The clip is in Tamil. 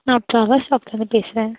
நான் பேசுகிறேன்